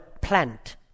plant